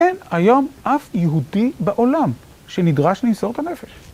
אין היום אף יהודי בעולם שנדרש למסור את הנפש.